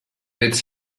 its